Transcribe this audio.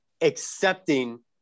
accepting